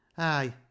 Aye